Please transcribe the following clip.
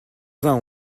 vingt